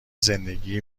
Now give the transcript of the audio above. زندگی